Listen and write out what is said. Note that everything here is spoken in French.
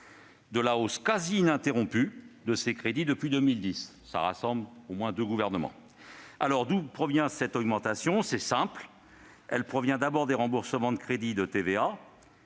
de la hausse quasi ininterrompue de ces crédits depuis 2010. Cela concerne donc au moins deux gouvernements. D'où provient cette augmentation ? C'est simple, elle provient d'abord des remboursements de crédits de TVA,